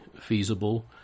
feasible